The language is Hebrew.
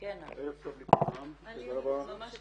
אני ממש מתנצלת,